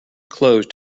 closed